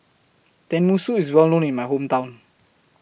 Tenmusu IS Well known in My Hometown